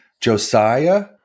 Josiah